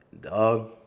Dog